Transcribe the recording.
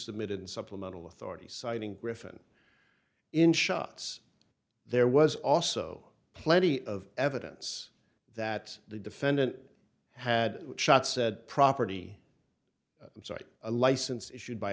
submitted supplemental authority citing written in shots there was also plenty of evidence that the defendant had shot said property i'm sorry a license issued by